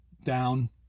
down